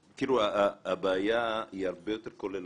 תראו, הבעיה היא הרבה יותר כוללנית.